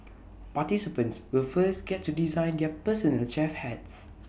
participants will first get to design their personal chef hats